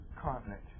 continent